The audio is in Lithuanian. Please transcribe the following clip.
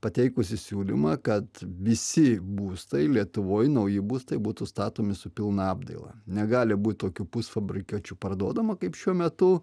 pateikusi siūlymą kad visi būstai lietuvoj nauji būstai būtų statomi su pilna apdaila negali būti tokių pusfabrikačių parduodama kaip šiuo metu